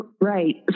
Right